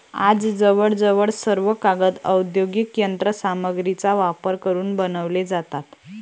आज जवळजवळ सर्व कागद औद्योगिक यंत्र सामग्रीचा वापर करून बनवले जातात